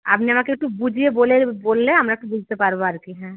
আপনি আমাকে একটু বুঝিয়ে বলে বললে আমরা একটু বুঝতে পারবো আর কি হ্যাঁ